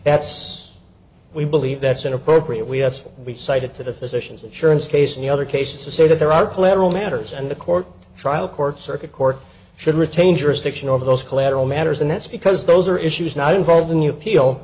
that's we believe that's inappropriate we have we cited to the physicians assurance case in the other case to say that there are collateral matters and the court trial court circuit court should retain jurisdiction over those collateral matters and that's because those are issues not involved in you appeal